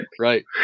Right